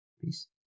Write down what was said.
Peace